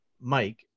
Mike